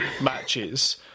matches